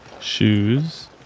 Shoes